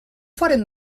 farem